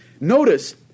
notice